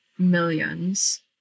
Millions